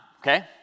okay